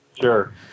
Sure